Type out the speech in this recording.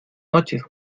noches